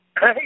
Hey